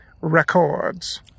records